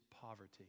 poverty